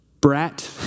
brat